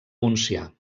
montsià